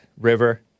river